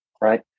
right